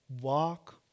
walk